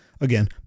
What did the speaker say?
again